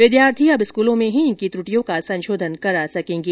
विद्यार्थी अब स्कूलों में ही इनकी त्रुटियों का संशोधन करा सकेंगे